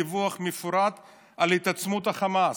דיווח מפורט על התעצמות החמאס.